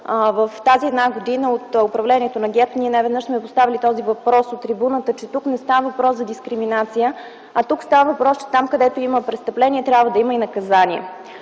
в тази една година от управлението на ГЕРБ ние неведнъж сме поставяли този въпрос от трибуната – че тук не става въпрос за дискриминация, а става въпрос, че там, където има престъпление, трябва да има и наказание.